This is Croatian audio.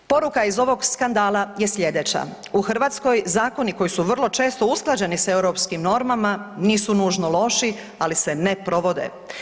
Poruka iz skandala je sljedeća, u Hrvatskoj zakoni koji su vrlo često usklađeni sa europskim normama nisu nužno loši, ali se ne provode.